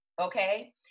Okay